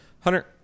Hunter